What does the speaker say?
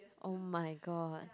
oh-my-god